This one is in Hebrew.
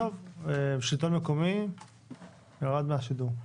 שלטון מקומי ירד מהשידור.